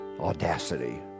audacity